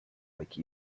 like